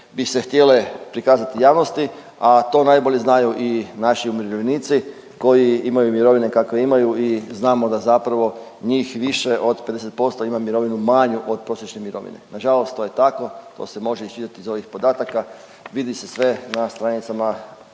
bi se htjele prikazati javnosti, a to najbolje znaju i naši umirovljenici koji imaju mirovine kakve imaju i znamo da zapravo njih više od 50% ima mirovinu manju od prosječne mirovine. Nažalost to je tako, to se može iščitati iz ovih podataka. Vidi se sve na stranicama